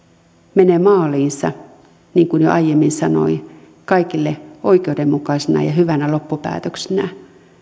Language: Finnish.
menee maaliinsa niin kuin jo aiemmin sanoin kaikille oikeudenmukaisena ja hyvänä loppupäätöksenä